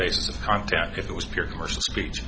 basis of content if it was pure commercial speech